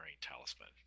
Talisman